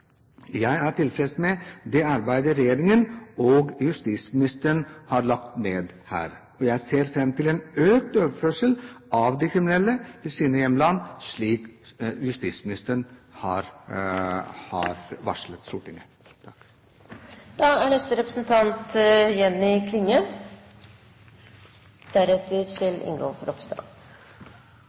Jeg er tilfreds med det arbeidet regjeringen og justisministeren har lagt ned her, og jeg ser fram til en økt overførsel av de kriminelle til sine hjemland, slik justisministeren har varslet Stortinget